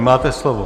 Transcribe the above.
Máte slovo.